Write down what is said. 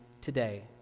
today